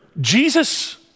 Jesus